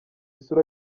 isura